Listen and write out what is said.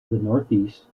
northeast